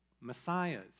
Messiahs